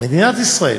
מדינת ישראל,